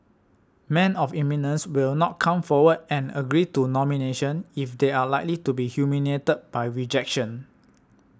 men of eminence will not come forward and agree to nomination if they are likely to be humiliated by rejection